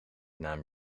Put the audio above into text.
naam